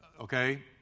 okay